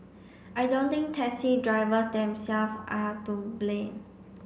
I don't think taxi drivers themselves are to blame